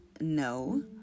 No